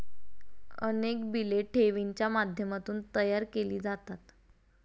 अनेक बिले ठेवींच्या माध्यमातून तयार केली जातात